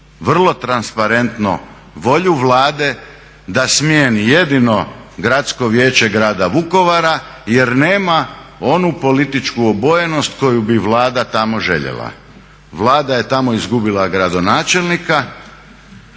vrlo transparentno volju Vlade da smijeni jedino Gradsko vijeće Grada Vukovara jer nema onu političku obojenost koju bi Vlada tamo željela. Vlada je tamo izgubila gradonačelnika